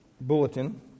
bulletin